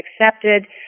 accepted